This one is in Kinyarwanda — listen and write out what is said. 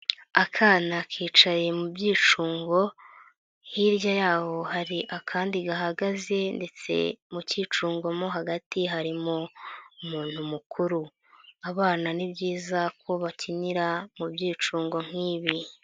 Akana kicaye mu byishungo hirya y'aho hari akandi gahagaze ndetse mu kicungo mo hagati harimo umuntu mukuru, abana ni byiza ko bakinira mu byicungo nk'ibi.